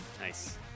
Nice